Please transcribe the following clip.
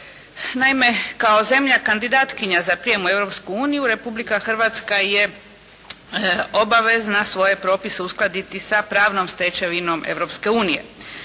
Naime, kao zemlja kandidatkinja za prijem u Europsku uniju Republika Hrvatska je obavezna svoje propise uskladiti sa pravnom stečevinom